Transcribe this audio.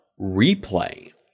Replay